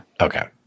Okay